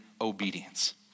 obedience